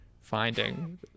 finding